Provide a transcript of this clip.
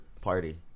party